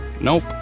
Nope